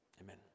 Amen